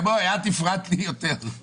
בואי, את הפרעת לי יותר.